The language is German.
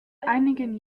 einigen